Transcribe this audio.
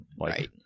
Right